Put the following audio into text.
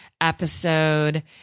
episode